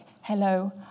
Hello